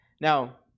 Now